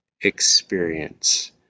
experience